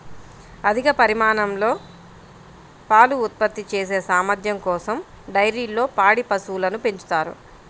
అధిక పరిమాణంలో పాలు ఉత్పత్తి చేసే సామర్థ్యం కోసం డైరీల్లో పాడి పశువులను పెంచుతారు